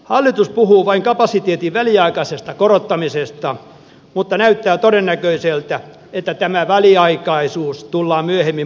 hallitus puhuu vain kapasiteetti väliaikaisesta korottamisesta mutta näyttää todennäköiseltä että tämä väliaikaisuus tullaan myöhemmin